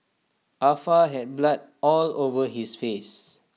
ah Fa had blood all over his face